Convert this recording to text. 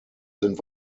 sind